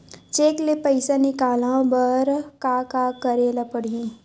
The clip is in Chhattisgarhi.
चेक ले पईसा निकलवाय बर का का करे ल पड़हि?